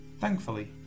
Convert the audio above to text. Thankfully